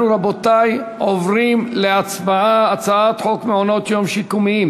אנחנו עוברים להצבעה על הצעת חוק מעונות-יום שיקומיים